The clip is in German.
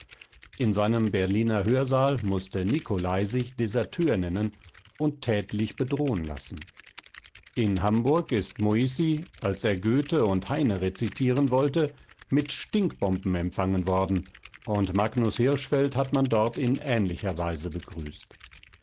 in seinem berliner hörsaal mußte nicolai sich deserteur nennen und tätlich bedrohen lassen in hamburg ist moissi als er goethe und heine rezitieren wollte mit stinkbomben empfangen worden und magnus hirschfeld hat man dort in ähnlicher weise begrüßt